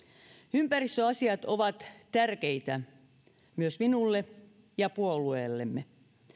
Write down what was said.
ympäristöasiat ovat tärkeitä myös minulle ja puolueellemme